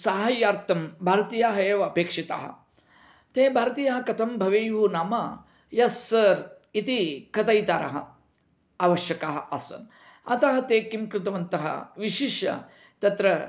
साहाय्यार्थं भारतीयाः एव अपेक्षिताः ते भारतीयाः कथं भवेयुः नाम यस् सर् इति कथयितारः आवश्यकाः आसन् अतः ते किं कृतवन्तः विशिष्य तत्र